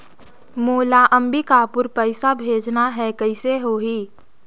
मोला अम्बिकापुर पइसा भेजना है, कइसे होही?